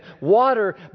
water